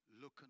looking